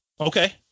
Okay